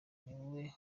niwe